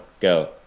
go